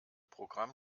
programm